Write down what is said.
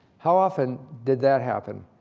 how often did that happen?